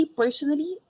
personally